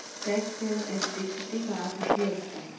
Tax saver FD किती काळासाठी असते?